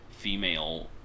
female